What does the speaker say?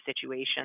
situation